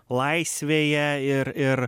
laisvėje ir ir